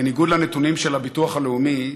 בניגוד לנתונים של ביטוח לאומי,